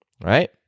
Right